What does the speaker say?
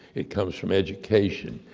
it comes from education,